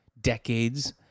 decades